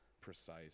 precise